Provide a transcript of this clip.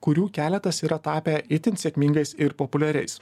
kurių keletas yra tapę itin sėkmingais ir populiariais